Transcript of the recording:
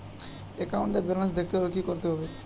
একাউন্টের ব্যালান্স দেখতে হলে কি করতে হবে?